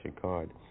card